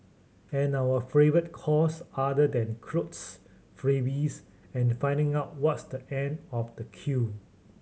and our favourite cause other than clothes freebies and finding out what's the end of the queue